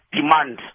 demand